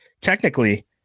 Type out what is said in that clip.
technically